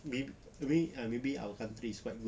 maybe maybe our country is quite good